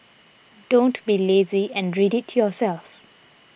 don't be lazy and read it yourself